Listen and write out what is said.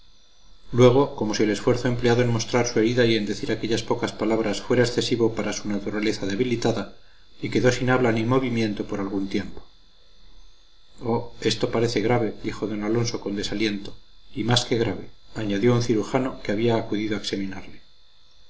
luego como si el esfuerzo empleado en mostrar su herida y en decir aquellas pocas palabras fuera excesivo para su naturaleza debilitada cerró los ojos y quedó sin habla ni movimiento por algún tiempo oh esto parece grave dijo d alonso con desaliento y más que grave añadió un cirujano que había acudido a examinarle